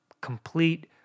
complete